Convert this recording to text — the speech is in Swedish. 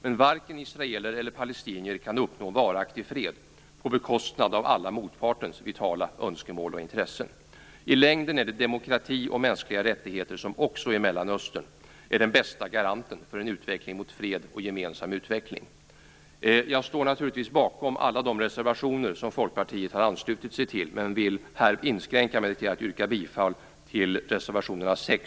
Men varken israeler eller palestinier kan uppnå varaktig fred på bekostnad av alla motpartens vitala önskemål och intressen. I längden är det demokrati och mänskliga rättigheter som är den bästa garanten för en utveckling mot fred och gemensam utveckling också i Jag står naturligtvis bakom alla de reservationer som Folkpartiet har anslutit sig till, men jag inskränker mig här till att yrka bifall till reservationerna 6